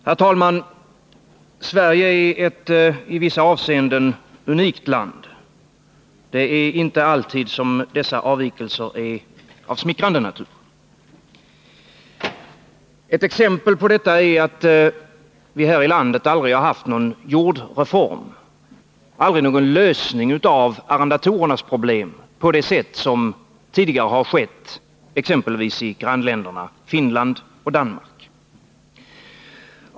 Herr talman! Sverige är ett i vissa avseenden unikt land, men det är inte alltid som dess avvikelser är av smickrande natur. Ett exempel på detta är att vi här i landet aldrig har haft någon jordreform och aldrig fått någon lösning av arrendatorernas problem på det sätt som tidigare har skett exempelvis i grannländerna Finland och Danmark.